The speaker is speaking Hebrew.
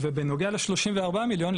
ובנוגע ל- 34 מיליון,